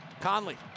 Conley